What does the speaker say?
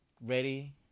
ready